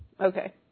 Okay